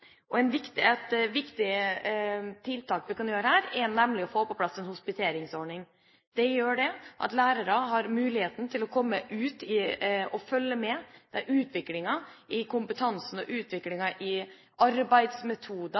Et viktig tiltak vi kan gjøre her, er å få på plass en hospiteringsordning. Det vil gjøre at lærere har mulighet til å komme ut og følge med i utviklingen av kompetanse og utviklingen av arbeidsmetoder